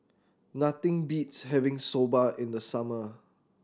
nothing beats having Soba in the summer